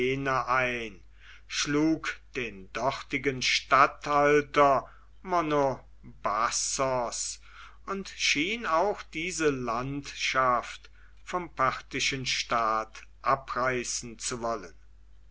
ein schlug den dortigen statthalter monobazos und schien auch diese landschaft vom parthischen staat abreißen zu wollen